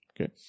Okay